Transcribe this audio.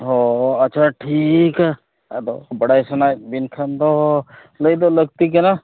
ᱦᱮᱸ ᱟᱪᱪᱷᱟ ᱴᱷᱤᱠᱟ ᱟᱫᱚ ᱵᱟᱲᱟᱭ ᱥᱟᱱᱟᱭᱮᱫᱵᱤᱱ ᱠᱷᱟᱱᱫᱚ ᱞᱟᱹᱭᱫᱚ ᱞᱟᱹᱠᱛᱤ ᱠᱟᱱᱟ